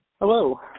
Hello